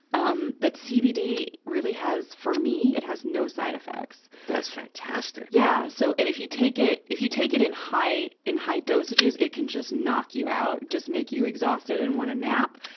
um but cbd really has, for me, it has no side effects. that's fantastic! yeah. so, and if you take it, if you take it in high, in high dosages, it can just knock you out. just make you exhausted and want to nap.